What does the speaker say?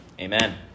amen